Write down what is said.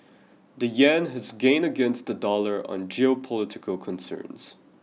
the yen has gained against the dollar on geopolitical concerns